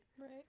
Right